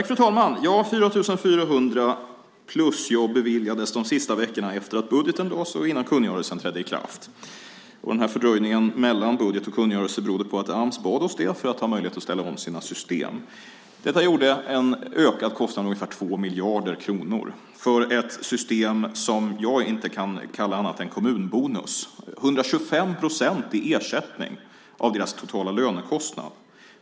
Fru talman! Ja, 4 400 plusjobb beviljades de sista veckorna efter att budgeten lades och innan kungörelsen trädde i kraft. Fördröjningen mellan budget och kungörelse berodde på att Ams bad oss om det för att ha möjlighet att ställa om sina system. Detta innebar en ökad kostnad på ungefär 2 miljarder kronor för ett system som jag inte kan kalla annat än en kommunbonus. Den innebar 125 procent av deras totala lönekostnad i ersättning!